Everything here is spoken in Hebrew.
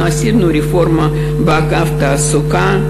אנחנו עשינו רפורמה באגף התעסוקה,